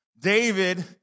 David